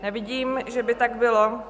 Nevidím, že by tak bylo.